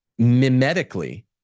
mimetically